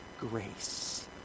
grace